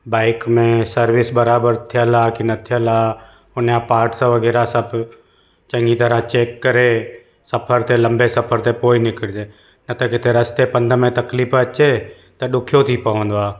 bike में service बराबरि थियलु आहे की न थियलु आहे हुन जा पाट्स वग़ैरह सभु चङी तरह चैक करे सफ़र ते लंबे सफ़र ते पोइ ई निकिरिजे न त किथे रस्ते पंध में तकलीफ़ अचे त ॾुखियो थी पवंदो आहे